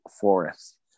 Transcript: forest